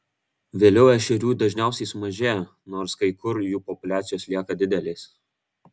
vėliau ešerių dažniausiai sumažėja nors kai kur jų populiacijos lieka didelės